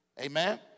Amen